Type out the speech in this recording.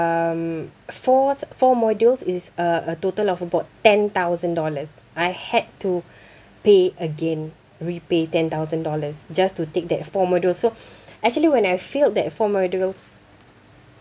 four four modules is uh a total of about ten thousand dollars I had to pay again repay ten thousand dollars just to take that four modules so actually when I failed that four modules